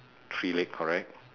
tree leg correct